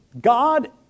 God